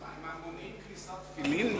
רצוני לשאול: 1. האם נכון הדבר?